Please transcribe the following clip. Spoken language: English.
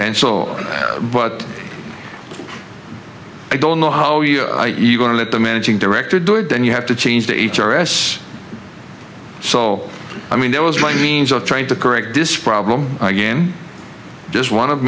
and so but i don't know how you are going to let the managing director do it then you have to change to each other s so i mean that was my means of trying to correct this problem again just one of